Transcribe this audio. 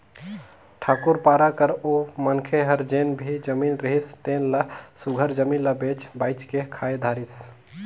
ठाकुर पारा कर ओ मनखे हर जेन भी जमीन रिहिस तेन ल सुग्घर जमीन ल बेंच बाएंच के खाए धारिस